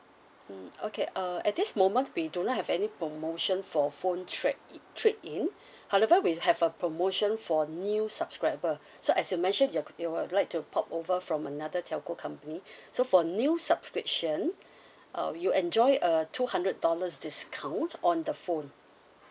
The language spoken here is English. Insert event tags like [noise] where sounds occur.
mm okay uh at this moment we do not have any promotion for phone trade trade-in however we have a promotion for new subscriber [breath] so as you mention your you would like to port over from another telco company [breath] so for new subscription [breath] uh you enjoy a two hundred dollars discount on the phone